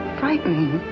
frightening